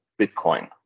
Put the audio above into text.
Bitcoin